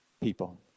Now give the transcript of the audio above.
people